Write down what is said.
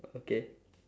okay